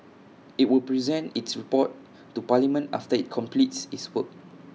IT will present its report to parliament after IT completes its work